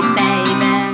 baby